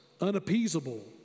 unappeasable